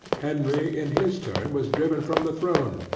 henry in his turn was driven from the throne,